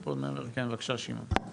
בבקשה, שמעון.